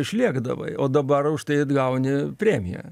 išlėkdavai o dabar už tai gauni premiją